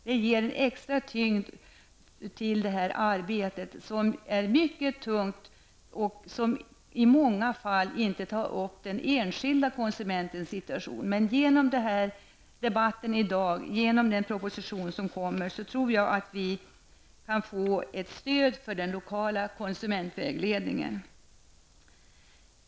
Det ger en extra tyngd till detta arbete som är mycket tungt och som i många fall inte tar upp den enskilde konsumentens situation. Genom debatten i dag och i den proposition som kommer tror jag att vi kan få ett stöd för den lokala konsumentvägledningen.